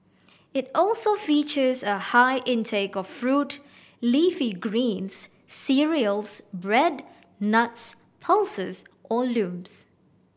it also features a high intake of fruit leafy greens cereals bread nuts pulses or legumes